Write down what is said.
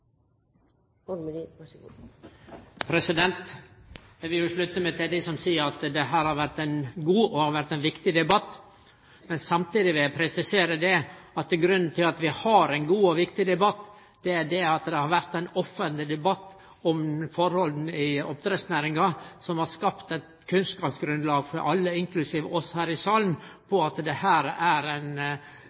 Eg vil slutte meg til dei som seier at dette har vore ein god og viktig debatt. Samtidig vil eg presisere at grunnen til at vi har ein god og viktig debatt, er at det har vore ein offentleg debatt om forholda i oppdrettsnæringa som har skapt eit kunnskapsgrunnlag for alle, inklusiv oss her i salen, for at dette er ei næring som har mange utfordringar som ein